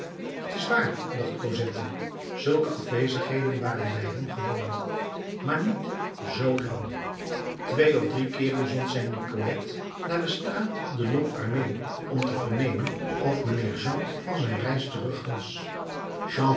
t is waar dacht cosette zulke afwezigheden waren bij hem gewoon maar niet zoo lang twee of drie keeren zond zij nicolette naar de straat de lhomme armé om te vernemen of mijnheer jean van zijn reis terug was